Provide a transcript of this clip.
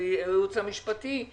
הייעוץ המשפטי,